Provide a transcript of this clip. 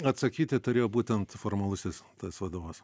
atsakyti turėjo būtent formalusis tas vadovas